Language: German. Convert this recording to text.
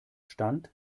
stand